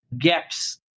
gaps